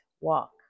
walk